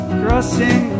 crossing